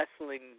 wrestling